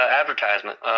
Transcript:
advertisement